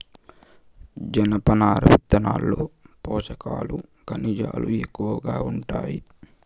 జనపనార విత్తనాల్లో పోషకాలు, ఖనిజాలు ఎక్కువగా ఉంటాయి